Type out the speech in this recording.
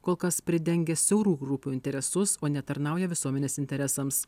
kol kas pridengia siaurų grupių interesus o ne tarnauja visuomenės interesams